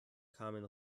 kamen